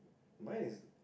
mine is